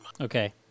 Okay